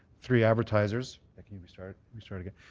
three advertisers. that can be restarted restarted yeah